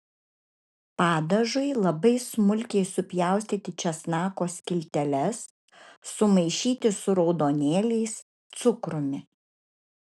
padažui labai smulkiai supjaustyti česnako skilteles sumaišyti su raudonėliais cukrumi